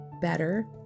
better